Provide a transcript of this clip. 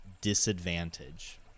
disadvantage